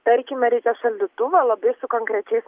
tarkime reikia šaldytuvo labai su konkrečiais